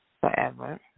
forever